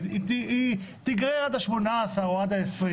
היא תיגרר עד ה-18 או עד ה-20,